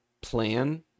plan